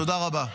תודה רבה.